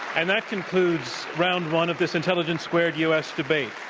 and that concludes round one of this intelligence square u. s. debate.